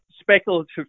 speculative